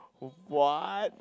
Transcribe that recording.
what